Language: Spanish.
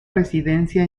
residencia